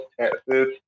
Texas